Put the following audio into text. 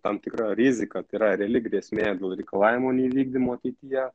tam tikra rizika tai yra reali grėsmė dėl reikalavimo neįvykdymo ateityje